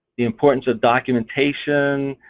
the importance of documentation,